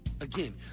Again